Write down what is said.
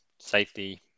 Safety